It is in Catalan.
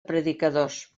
predicadors